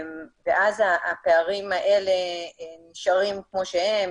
אז הפערים האלה נשארים כמו שהם,